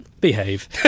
Behave